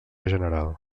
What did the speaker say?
general